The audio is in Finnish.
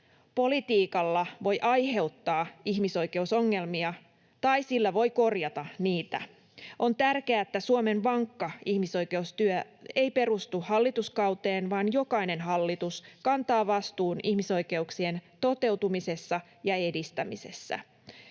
Politiikalla voi aiheuttaa ihmisoikeusongelmia tai sillä voi korjata niitä. On tärkeää, että Suomen vankka ihmisoikeustyö ei perustu hallituskauteen, vaan jokainen hallitus kantaa vastuun ihmisoikeuksien toteutumisessa ja edistämisessä.